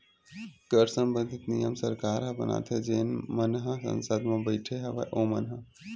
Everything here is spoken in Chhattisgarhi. कर संबंधित नियम सरकार ह बनाथे जेन मन ह संसद म बइठे हवय ओमन ह